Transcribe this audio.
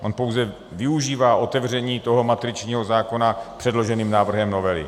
On pouze využívá otevření toho matričního zákona předloženým návrhem novely.